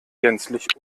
gänzlich